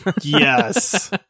yes